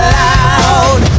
loud